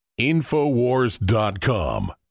InfoWars.com